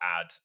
add